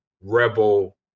rebel